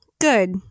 good